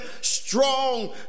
strong